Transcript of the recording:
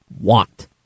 want